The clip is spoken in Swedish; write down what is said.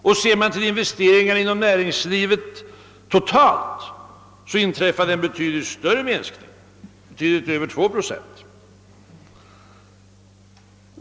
Och ser man till investeringarna inom näringslivet totalt var minskningen större, betydligt över 2 procent.